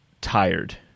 tired